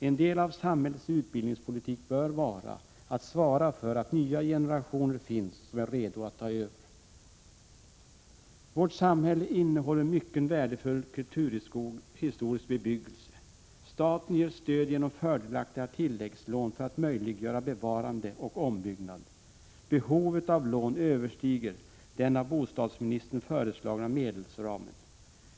En del av samhällets utbildningspolitik bör vara att svara för att nya generationer finns som är redo att ta över. Vårt samhälle innehåller mycken kulturhistoriskt värdefull bebyggelse. Staten ger stöd genom fördelaktiga tilläggslån för att möjliggöra bevarande och ombyggnad. Behovet av lån överstiger den av bostadsministern föreslagna medelsramen.